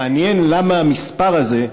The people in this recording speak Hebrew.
מעניין למה המספר הזה,